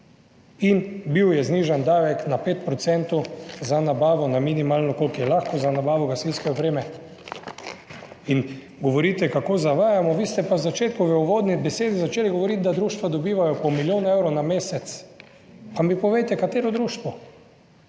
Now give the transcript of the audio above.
in bil je znižan davek na 5 % za nabavo, na minimalno, kolikor je lahko, za nabavo gasilske opreme in govorite, kako zavajamo, vi ste pa v začetku v uvodni besedi začeli govoriti, da društva dobivajo po milijon evrov na mesec. Pa mi povejte katero društvo?